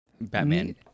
Batman